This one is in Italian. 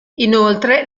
inoltre